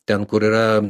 ten kur yra